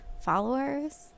followers